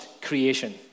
creation